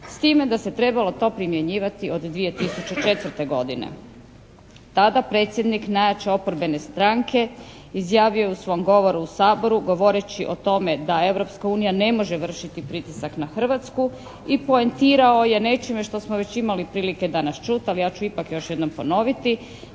s time da se trebalo to primjenjivati od 2004. godine. Tada predsjednik najjače oporbene stranke izjavio je u svom govoru u Saboru govoreći o tome da Europska unija ne može vršiti pritisak na Hrvatsku i poentirao je nečime što smo već imali prilike danas čuti, ali ja ću ipak još jednom ponoviti: